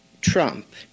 Trump